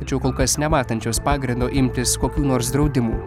tačiau kol kas nematančios pagrindo imtis kokių nors draudimų